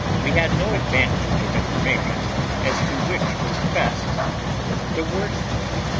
we had no advantage of information as to which was the best or the worst way,